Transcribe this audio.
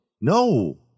no